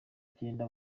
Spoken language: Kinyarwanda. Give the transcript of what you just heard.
cyenda